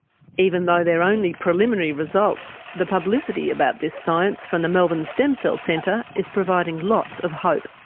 even though they're only preliminary results, the publicity about this science from the melbourne stem cell centre is providing lots of hope,